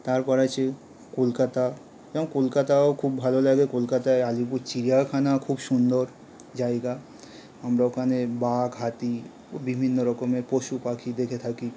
তারপর আছে কলকাতা কলকাতাও খুব ভালো লাগে কলকাতায় আলিপুর চিড়িয়াখানাও খুব সুন্দর জায়গা আমারা ওখানে বাঘ হাতি ও বিভিন্ন রকমের পশু পাখি দেখে থাকি